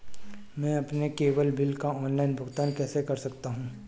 मैं अपने cable bill का ऑनलाइन भुगतान कैसे कर सकता हूं?